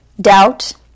doubt